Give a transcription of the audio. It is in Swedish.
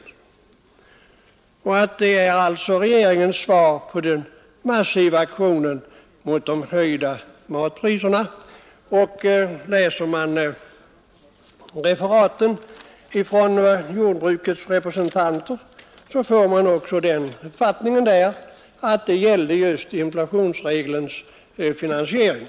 — ”Det är alltså regeringens svar på den massiva aktionen mot de höjda matpriserna.” Läser man referaten av vad jordbrukets representanter har uttalat får man också den uppfattningen att det gällde just inflationsregelns finansiering.